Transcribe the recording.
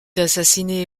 assassiné